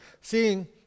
seeing